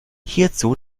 hierzu